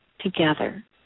together